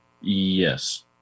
Yes